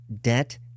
Debt